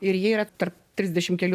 ir jie yra tarp trisdešim kelių